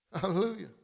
Hallelujah